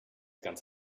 ganz